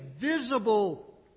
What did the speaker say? visible